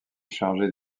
chargée